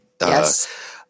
Yes